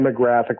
demographic